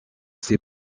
ses